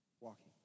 walking